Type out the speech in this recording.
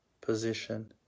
position